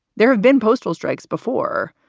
there have been postal strikes before,